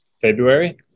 February